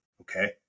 okay